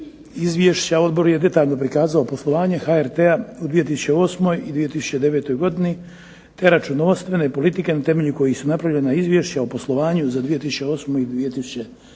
Izvješća Odboru je detaljno prikazao poslovanje HRT-a u 2008. i 2009. godini, te računovodstvene politike temeljem kojih su napravljena Izvješća o poslovanju za 2008. i 2009.